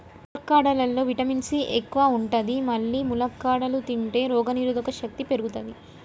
ములక్కాడలల్లా vitamin C ఎక్కువ ఉంటది మల్లి ములక్కాడలు తింటే రోగనిరోధక శక్తి పెరుగుతది